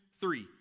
three